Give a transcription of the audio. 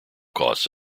costs